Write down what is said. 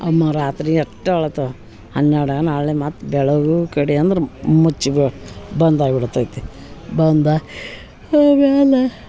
ರಾತ್ರಿ ಅಟ್ಟೇ ಅರ್ಳ್ತಾವೆ ಹನ್ನೆರಡು ನಾಳೆ ಮತ್ತೆ ಬೆಳಗೂ ಕಡೆ ಅಂದ್ರೆ ಮುಚ್ಚಿ ಬಿಳ್ ಬಂದಾಗ ಬಿಡುತೈತಿ ಬಂದು ಆಮ್ಯಾಲೆ